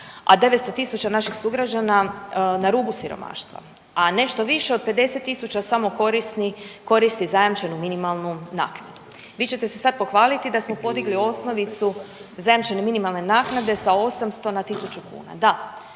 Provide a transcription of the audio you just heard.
a 900 tisuća naših sugrađana na rubu siromaštva, a nešto više od 50 tisuća samo koristi zajamčenu minimalnu naknadu. Vi ćete se sad pohvaliti da smo podigli osnovicu zajamčene minimalne naknade sa 800 na 1000 kuna.